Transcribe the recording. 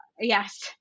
Yes